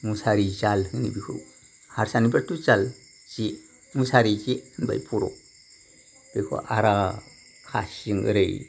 मुसारि जाल होनो बेखौ हार्सानिबाथ' जाल जे मुसारि जे होनबाय बर'आव बेखौ आराम फासिजों ओरै